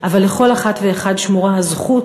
אבל לכל אחד ואחת שמורה הזכות,